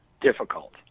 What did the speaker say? difficult